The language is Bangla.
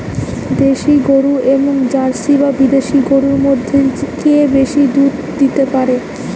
দেশী গরু এবং জার্সি বা বিদেশি গরু মধ্যে কে বেশি দুধ দিতে পারে?